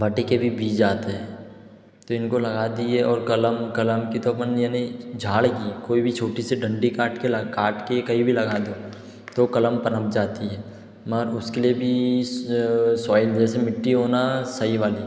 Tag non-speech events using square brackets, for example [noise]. भुट्टे के भी बीज आते हैं तो इनको लगा दिए और कलम कलम की तो अपन यानि झाड़ की कोई भी छोटी सी दण्डी काट के [unintelligible] काट के कहीं भी लगा दो तो कलम पनप जाती है मगर उसके लिए [unintelligible] सॉइल जैसे मिट्टी होना सही वाली